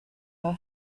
her